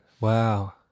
Wow